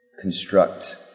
construct